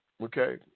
Okay